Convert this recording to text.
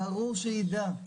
ברור שהוא יידע.